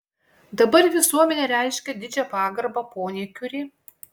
dabar visuomenė reiškia didžią pagarbą poniai kiuri